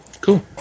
Cool